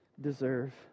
deserve